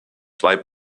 zwei